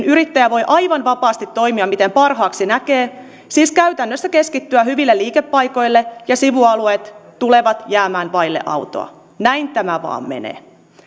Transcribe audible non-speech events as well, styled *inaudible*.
*unintelligible* yrittäjä voi aivan vapaasti toimia miten parhaaksi näkee siis käytännössä keskittyä hyville liikepaikoille ja sivualueet tulevat jäämään vaille autoa näin tämä vain menee